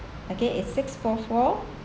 okay it's six four four